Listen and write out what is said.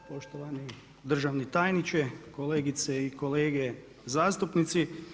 Poštovani državni tajniče, kolegice i kolege zastupnici.